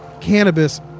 cannabis